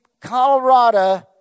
Colorado